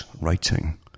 writing